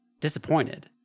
disappointed